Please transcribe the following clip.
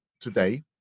today